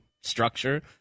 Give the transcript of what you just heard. structure